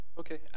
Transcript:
Okay